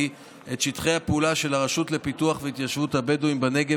את שטחי הפעולה של הרשות לפיתוח והתיישבות הבדואים בנגב